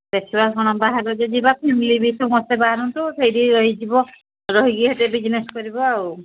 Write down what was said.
ଦେଖିବା କ'ଣ ବାହାଘରରେ ଯିବା ଫ୍ୟାମିଲି ବି ସମସ୍ତେ ବାହାରନ୍ତୁ ସେଇଠି ରହିଯିବ ରହିକି ସେଠି ବିଜନେସ୍ କରିବ ଆଉ